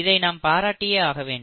இதை நாம் பாராட்டியே ஆக வேண்டும்